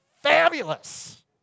fabulous